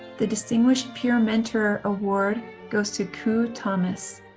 the distinguished peer mentor award goes to ku thomas.